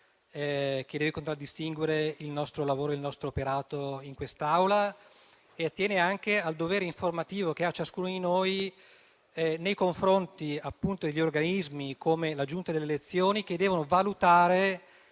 che deve contraddistinguere il nostro lavoro e il nostro operato in quest'Aula e attenga anche al dovere informativo che ha ciascuno di noi nei confronti di organismi come la Giunta delle elezioni che devono valutare